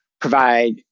provide